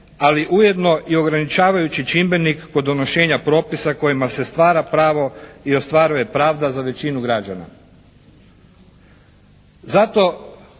ali ujedno i ograničavajući čimbenik kod donošenja propisa kojima se stvara pravo i ostvaruje pravda za većinu građana. Zato